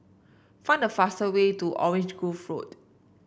find the fastest way to Orange Grove Road